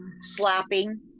slapping